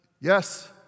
Yes